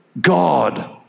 God